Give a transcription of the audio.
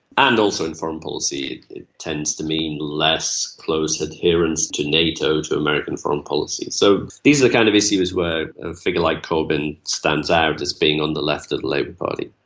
and also in foreign policy it tends to mean less close adherence to nato, to american foreign policy. so these are the kind of issues where a figure like corbyn stands out as being on the left of the labour party.